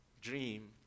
dream